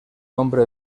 hombre